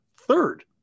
third